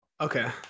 Okay